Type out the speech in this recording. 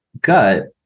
gut